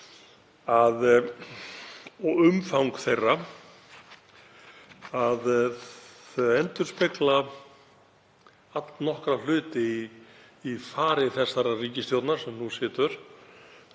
og umfang þeirra að þau endurspegla allnokkra hluti í fari þessarar ríkisstjórnar sem nú situr